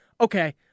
okay